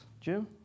Jim